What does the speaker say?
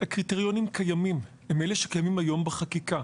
הקריטריונים קיימים, הם אלה שקיימים היום בחקיקה